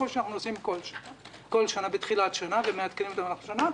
כפי שאנחנו עושים בכל שנה בתחילת השנה ומעדכנים אותנו במהלך השנה,